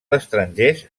estrangers